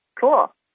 Cool